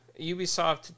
Ubisoft